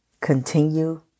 continue